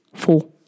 four